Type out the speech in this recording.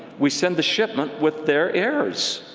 we send the shipment with their errors?